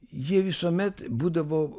jie visuomet būdavo